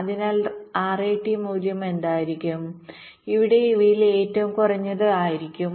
അതിനാൽ RAT മൂല്യം എന്തായിരിക്കും ഇവിടെ ഇവയിൽ ഏറ്റവും കുറഞ്ഞത് ആയിരിക്കും